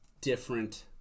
different